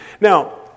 Now